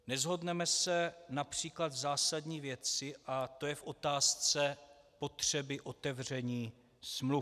Neshodneme se například v zásadní věci, a to je v otázce potřeby otevření smluv.